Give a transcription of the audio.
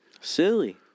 silly